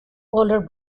older